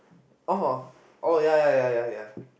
oh oh ya ya ya ya ya